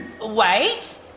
Wait